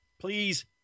please